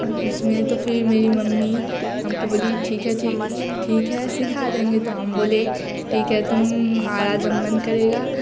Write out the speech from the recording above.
उसमें तो फ़िर मेरी मम्मी हमको बोली ठीक ठीक है सिखा देंगें तो हम बोले ठीक है तुम्हारा जब मन करेगा